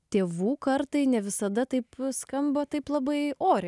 tėvų kartai ne visada taip skamba taip labai oriai